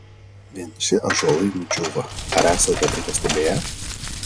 vieniši ąžuolai nudžiūva ar esate tai pastebėję